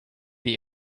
die